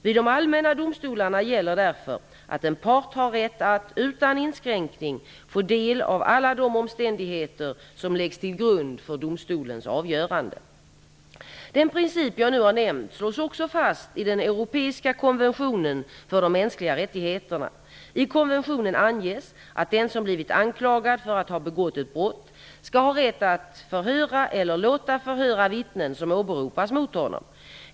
Vid de allmänna domstolarna gäller därför att en part har rätt att utan inskränkning få del av alla de omständigheter som läggs till grund för domstolens avgörande. Den princip jag nu har nämnt slås fast i den europeiska konventionen för de mänskliga rättigheterna. I konventionen anges att den som blivit anklagad för att ha begått ett brott skall ha rätt att förhöra eller låta förhöra vittnen som åberopas mot honom.